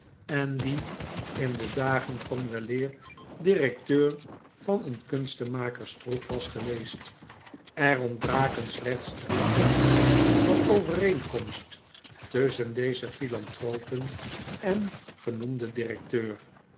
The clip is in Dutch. en die in de dagen van weleer directeur van een kunstenmakerstroep was geweest er ontbraken slechts drie punten van overeenkomst tusschen deze philanthropen en genoemden directeur